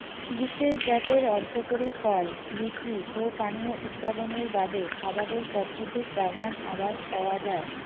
বিশেষ জাতের অর্থকরী ফল, বীচি ও পানীয় উৎপাদনের বাদে আবাদের পদ্ধতিক বাগান আবাদ কওয়া যায়